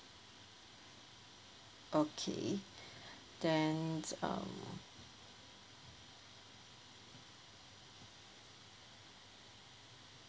okay then uh